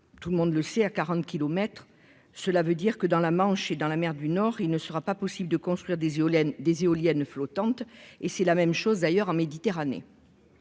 tout le monde le sait : à 40 kilomètres, cela veut dire que, dans la Manche et dans la mer du Nord, il ne sera pas possible de construire des éoliennes, des éoliennes flottantes et c'est la même chose d'ailleurs en Méditerranée.